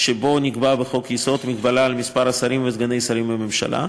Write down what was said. שבו נקבעה בחוק-יסוד הגבלה על מספר השרים וסגני השרים בממשלה.